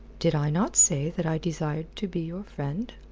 did i not say that i desired to be your friend?